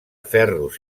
ferros